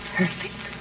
perfect